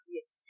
Yes